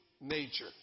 nature